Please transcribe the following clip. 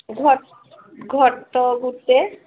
ଘଟ ଗୋଟେ